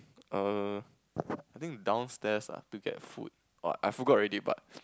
err I think downstairs ah to get food I forgot already but